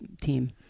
team